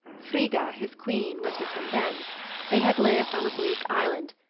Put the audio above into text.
frigga, his queen, was with him then they had lived on a bleak island,